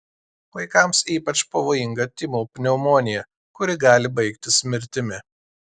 vaikams ypač pavojinga tymų pneumonija kuri gali baigtis mirtimi